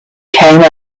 came